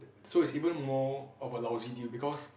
so it's even more of a lousy deal because